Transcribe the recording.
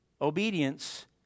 obedience